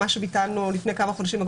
מה שביטלנו לפני כמה חודשים,